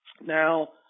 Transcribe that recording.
Now